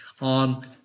on